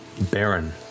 barren